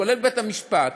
כולל בית-המשפט.